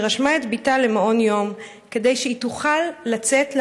שרשמה את בתה למעון יום כדי שהיא תוכל לצאת לעבודה,